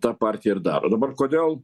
tą partija ir daro dabar kodėl